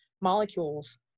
molecules